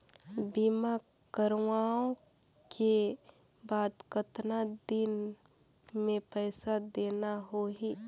बीमा करवाओ के बाद कतना दिन मे पइसा देना हो ही?